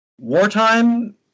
wartime